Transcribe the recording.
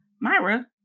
Myra